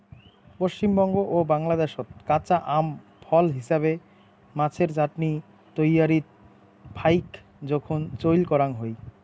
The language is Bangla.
পশ্চিমবঙ্গ ও বাংলাদ্যাশত কাঁচা আম ফল হিছাবে, মাছের চাটনি তৈয়ারীত ফাইক জোখন চইল করাং হই